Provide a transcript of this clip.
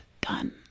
done